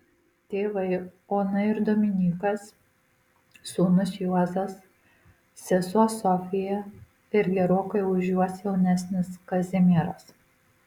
tėvai ona ir dominykas sūnus juozas sesuo sofija ir gerokai už juos jaunesnis kazimieras